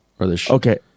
Okay